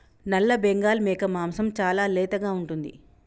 నల్లబెంగాల్ మేక మాంసం చాలా లేతగా ఉంటుంది